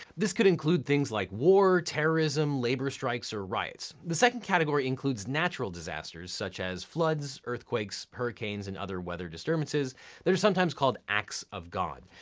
this could include things like war, terrorism, labor strikes, or riots. the second category includes natural disasters, such as floods, earthquakes, hurricanes, and other weather disturbances that are sometimes called acts of god.